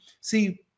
see